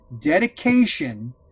dedication